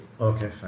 Okay